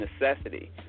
necessity